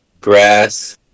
grass